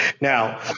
Now